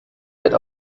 wird